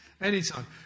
anytime